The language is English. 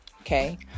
okay